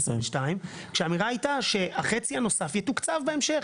כשהאמירה הייתה שהחצי הנוסף יתוקצב בהמשך,